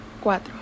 cuatro